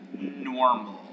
normal